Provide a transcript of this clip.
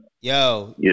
Yo